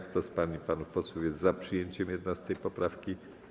Kto z pań i panów posłów jest za przyjęciem 11. poprawki?